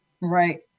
Right